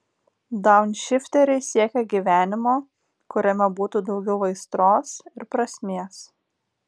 daunšifteriai siekia gyvenimo kuriame būtų daugiau aistros ir prasmės